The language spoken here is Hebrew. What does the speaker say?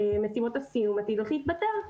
מסיבות הסיום צריכות להתבטל.